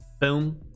Boom